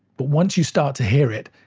but once you start to hear it,